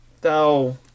thou